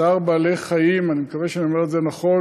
צער בעלי-חיים, אני מקווה שאני אומר את זה נכון.